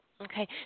Okay